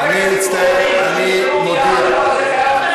והתקנון ברור בעניין הזה.